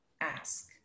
ask